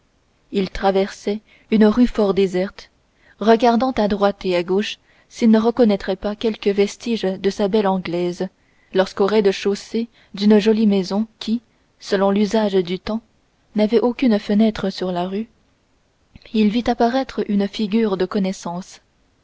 il traversait une rue fort déserte regardant à droite et à gauche s'il ne reconnaîtrait pas quelque vestige de sa belle anglaise lorsque au rez-de-chaussée d'une jolie maison qui selon l'usage du temps n'avait aucune fenêtre sur la rue il vit apparaître une figure de connaissance